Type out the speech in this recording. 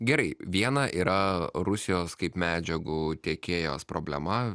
gerai viena yra rusijos kaip medžiagų tiekėjos problema